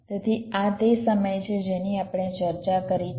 તેથી આ તે સમય છે જેની આપણે ચર્ચા કરી છે